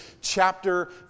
chapter